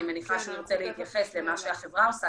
אני מניחה שהוא ירצה להתייחס למה שהחברה עושה